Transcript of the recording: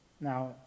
Now